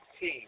team